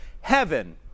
heaven